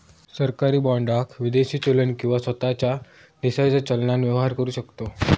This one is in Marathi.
सरकारी बाँडाक विदेशी चलन किंवा स्वताच्या देशाच्या चलनान व्यवहार करु शकतव